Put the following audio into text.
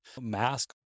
mask